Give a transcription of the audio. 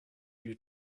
you